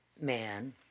man